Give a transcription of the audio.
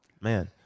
man